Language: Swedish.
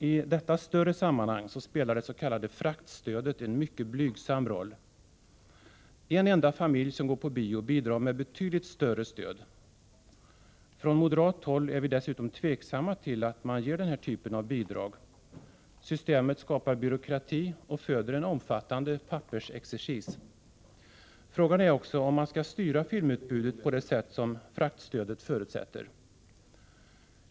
I detta större sammanhang spelar det s.k. fraktstödet en mycket blygsam roll. En enda familj som går på bio bidrar med ett betydligt större stöd. Från moderat håll är vi dessutom tveksamma till den här typen av bidrag. Systemet skapar byråkrati och föder en omfattande pappersexercis. Frågan är också om man skall styra filmutbudet på det sätt som fraktstödet förutsätter.